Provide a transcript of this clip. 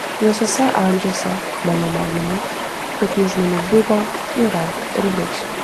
visuose amžiuose mano manymu tokių žmonių buvo yra ir bus